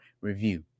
review